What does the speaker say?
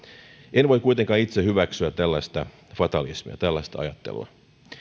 en voi kuitenkaan itse hyväksyä tällaista fatalismia tällaista ajattelua